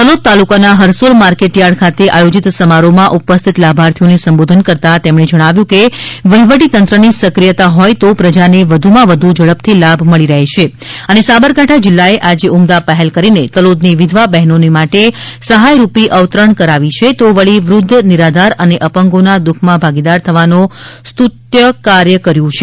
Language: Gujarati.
તલોદ તાલુકાના ફરસોલ માર્કેટ થાર્ડ ખાતે આયોજીત સમારોહમાં ઉપસ્થિત લાભાર્થીઓને સંબોધન કરતા જણાવ્યું હતું કે વહિવટીતંત્રની સક્રિયતા હોયતો પ્રજાને વધુમાં વધુ ઝડપથી લાભ મળી રહે છે અને સાબરકાંઠા જિલ્લાએ આજે ઉમદા પહેલ કરીને તલોદની વિધવા બહેનો માટે સહાયરૂપી અવતરણ કરાવી છે તો વળી વૃધ્ધ નિરાધાર અને અપંગોના દુખમાં ભાગીદાર થવાનો સ્તુત્ય કાર્ય કર્યુ છે